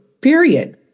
period